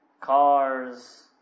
cars